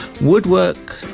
Woodwork